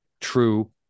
true